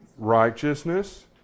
Righteousness